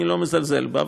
אני לא מזלזל בה,